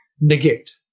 negate